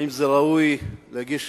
האם זה ראוי להגיש